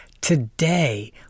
Today